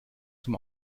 zum